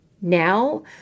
now